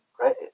Right